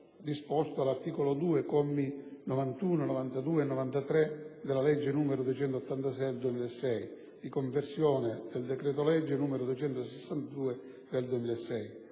disposto dall'articolo 23 commi 91, 92 e 93 della legge n. 286 del 2006, di conversione del decreto-legge n. 262 del 2006,